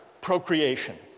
procreation